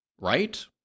right